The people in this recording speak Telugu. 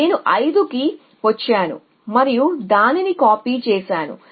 నేను 5 కి వచ్చాను మరియు దానిని కాపీ చేసాను